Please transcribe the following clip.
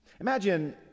Imagine